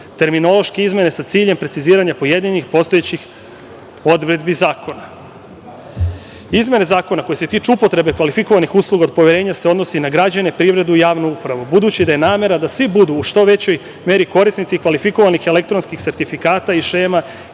Terminološke izmene sa ciljem preciziranja pojedinih postojećih odredbi zakona. Izmene zakona koje se tiču upotrebe kvalifikovanih usluga od poverenja se odnose na građane, privredu i javnu upravu, budući da je namera da svi budu u što većoj meri korisnici kvalifikovanih elektronskih sertifikata i šema